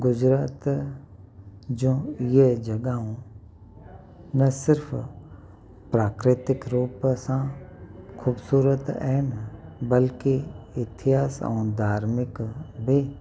गुजरात जूं इहे जॻहियूं न सिर्फ़ु प्राकृतिकु रूप सां खूबसूरत आहिनि बल्कि इतिहासु ऐं धार्मिक बि